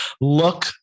look